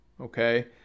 Okay